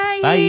Bye